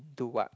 do what